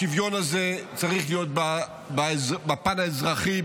השוויון הזה צריך להיות בפן האזרחי,